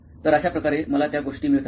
तर अशा प्रकारे मला त्या गोष्टी मिळतात